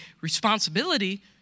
responsibility